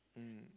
mm